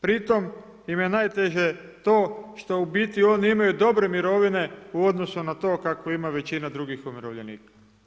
Pri tom im je najteže to što u biti oni imaju dobre mirovine u odnosu na to kako ima većina drugih umirovljenika.